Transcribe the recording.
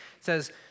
says